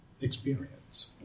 experience